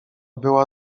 była